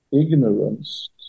ignorance